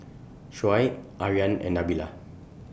Shoaib Aryan and Nabila